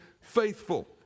faithful